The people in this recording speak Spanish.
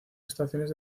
estaciones